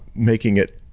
making it